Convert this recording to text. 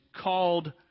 called